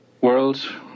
world